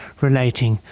relating